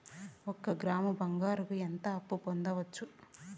ఒక గ్రాము బంగారంకు ఎంత అప్పు పొందొచ్చు